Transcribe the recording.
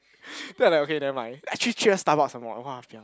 then I like okay nevermind actually I treat her Starbuck some more !wapiang!